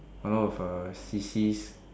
a lot of uh sissies